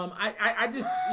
um i i just